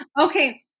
Okay